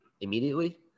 immediately